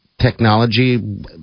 technology